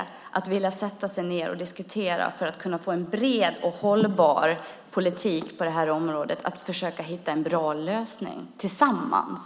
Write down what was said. Varför vill man inte sätta sig ned och diskutera så att vi kan få en bred och hållbar politik på det här området? Det handlar om att försöka hitta en bra lösning tillsammans.